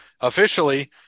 officially